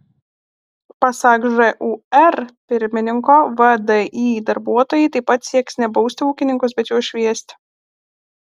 pasak žūr pirmininko vdi darbuotojai taip pat sieks ne bausti ūkininkus bet juos šviesti